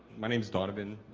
my name is donovan